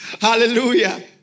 hallelujah